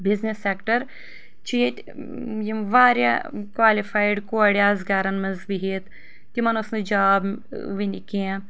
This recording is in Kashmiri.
بزنِس سیٚکٹر چھُ ییٚتہِ یم واریاہ کالِفایڈ کورِ آسہٕ گرن منٛز بہِتھ تمن ٲس نہٕ جاب وُنہِ کینٛہہ